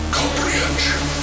comprehension